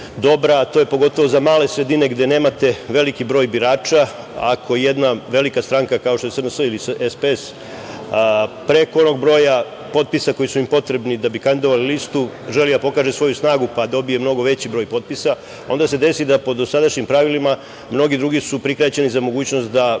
dobra, a to je pogotovo za male sredine gde nemate veliki broj birača. Ako jedna velika stranka, kao što je SNS ili SPS, preko onog broja potpisa koji su im potrebni da bi kandidovali listu želi da pokaže svoju snagu, pa dobije mnogo veći broj potpisa, onda se desi da po sadašnjim pravilima mnogi drugi su prikraćeni za mogućnost da